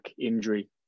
injury